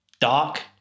dark